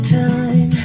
time